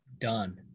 Done